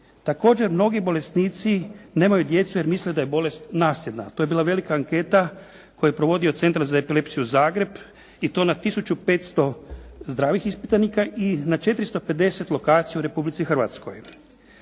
Također mnogi bolesnici nemaju djecu jer misle da je bolest nasljedna. To je bila velika anketa koju je provodio Centar za epilepsiju Zagreb i to na 1500 zdravih ispitanika i na 450 lokacija u Republici Hrvatskoj.